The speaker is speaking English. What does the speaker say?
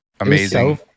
amazing